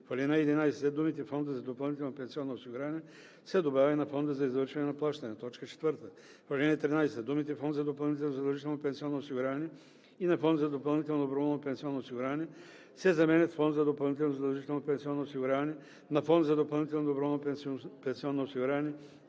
В ал. 11 след думите „фонда за допълнително пенсионно осигуряване“ се добавя „и на фонда за извършване на плащания“. 4. В ал. 13 думите „фонд за допълнително задължително пенсионно осигуряване и на фонд за допълнително доброволно пенсионно осигуряване“ се заменят с „фонд за допълнително задължително пенсионно осигуряване, на фонд за допълнително доброволно пенсионно осигуряване